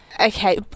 Okay